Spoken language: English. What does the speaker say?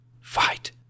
fight